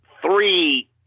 three